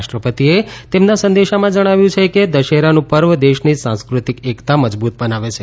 રાષ્ટ્રપતિએ તેમના સંદેશામાં જણાવ્યું છે કે દશેરાનું પર્વ દેશની સાંસ્ક્રતિક એકતા મજબૂત બનાવે છે